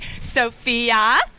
Sophia